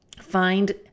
find